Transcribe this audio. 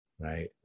Right